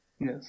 Yes